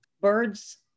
Birds